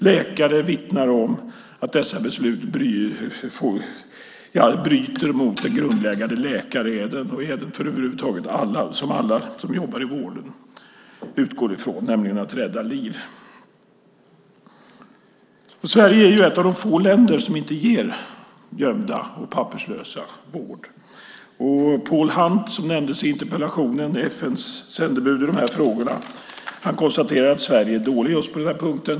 Läkare vittnar om att dessa beslut bryter mot den grundläggande läkareden och det som över huvud taget alla som jobbar i vården utgår ifrån, nämligen att rädda liv. Sverige är ett av de få länder som inte ger gömda och papperslösa vård. Paul Hunt, FN:s sändebud i de här frågorna, nämndes i interpellationen. Han konstaterar att Sverige är dåligt på just den här punkten.